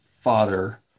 father